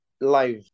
live